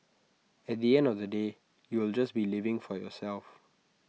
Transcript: at the end of the day you'll just be living for yourself